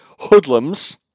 hoodlums